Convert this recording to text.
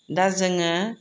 दा जोङो